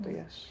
yes